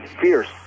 fierce